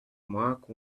mark